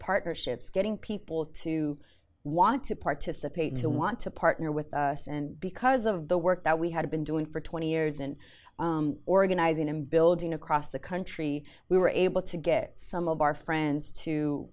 partnerships getting people to want to participate to want to partner with us and because of the work that we had been doing for twenty years and organizing and building across the country we were able to get some of our friends to